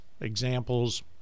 examples